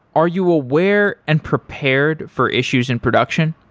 are you aware and prepared for issues in production?